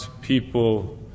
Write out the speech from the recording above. people